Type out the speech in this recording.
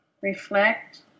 reflect